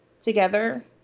together